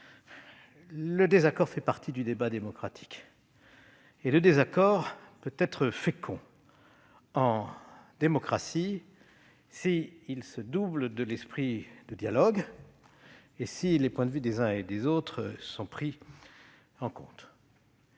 le désaccord fait partie du débat démocratique. Il peut être fécond en démocratie s'il se double de l'esprit de dialogue et si les points de vue des uns et des autres sont pris en compte.